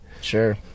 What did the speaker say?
Sure